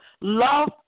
love